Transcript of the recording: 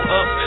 up